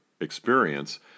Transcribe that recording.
experience